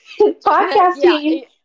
podcasting